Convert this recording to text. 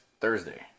Thursday